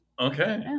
Okay